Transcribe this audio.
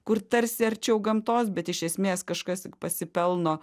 kur tarsi arčiau gamtos bet iš esmės kažkas pasipelno